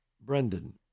Brendan